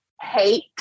hate